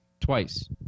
twice